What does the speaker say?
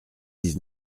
dix